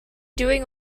doing